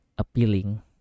appealing